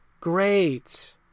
Great